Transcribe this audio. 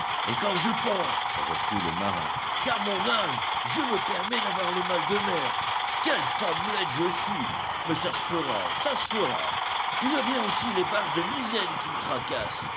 et quand je pense reprit le marin qu'à mon âge je me permets d'avoir le mal de mer quelle femmelette je suis ais ça se fera ça se fera il y a bien aussi les barres de misaine qui me tracassent